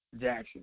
Jackson